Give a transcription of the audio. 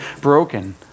broken